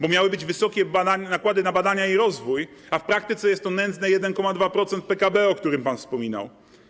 Bo miały być wysokie nakłady na badania i rozwój, a w praktyce jest to nędzne 1,2% PKB, o którym pan wspominał.